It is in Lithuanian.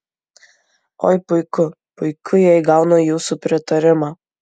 oi puiku puiku jei gaunu jūsų pritarimą